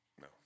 No